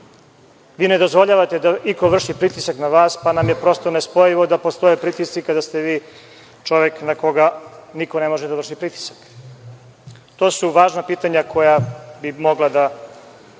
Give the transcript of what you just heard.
vi ne dozvoljavate da iko vrši pritisak na vas, pa nam je prosto nespojivo da postoje pritisci kada ste vi čovek na koga niko ne može da vrši pritisak. To su važna pitanja koja bi mogla da